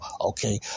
okay